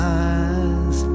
eyes